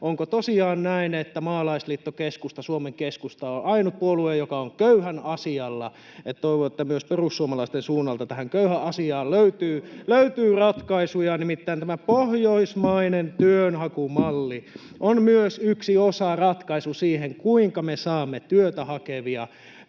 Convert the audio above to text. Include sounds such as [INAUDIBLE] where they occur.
Onko tosiaan näin, että maalaisliitto-keskusta, Suomen keskusta on ainut puolue, joka on köyhän asialla? Toivon, että myös perussuomalaisten suunnalta tähän köyhän asiaan löytyy ratkaisuja. [NOISE] Nimittäin tämä pohjoismainen työnhakumalli on myös yksi osaratkaisu siihen, kuinka me saamme työtä hakevia